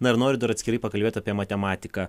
na ir noriu dar atskirai pakalbėt apie matematiką